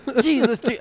Jesus